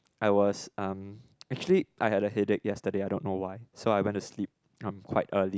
I was um actually I had a headache yesterday I don't know why so I went to sleep um quite early